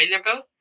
available